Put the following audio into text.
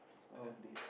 how dead